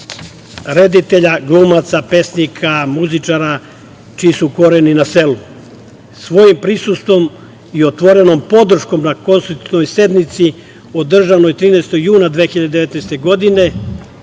reditelja, glumaca, pesnika, muzičara čiji su koreni na selu. Svojim prisustvom i otvorenom podrškom na konstitutivnoj sednici održanoj 13. juna 2019. godine,